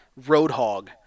Roadhog